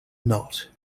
not